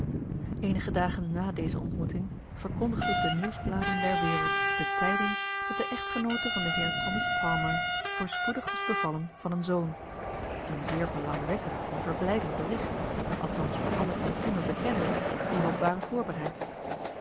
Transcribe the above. eenige dagen na deze ontmoeting verkondigden de nieuwsbladen der wereld de tijding dat de echtgenoote van den heer thomas palmer voorspoedig was bevallen van een zoon een zeer belangwekkend en verblijdend bericht althans voor alle intieme bekenden die erop waren voorbereid